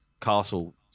castle